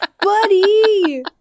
buddy